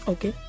Okay